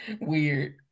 weird